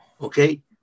Okay